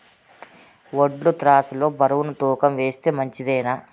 వడ్లు త్రాసు లో బరువును తూకం వేస్తే మంచిదేనా?